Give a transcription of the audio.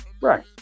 Right